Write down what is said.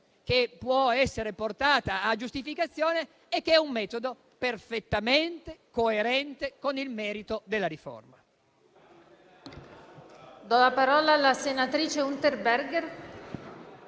che può essere portata a giustificazione è che è un metodo perfettamente coerente con il merito della riforma.